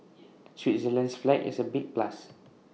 Switzerland's flag is A big plus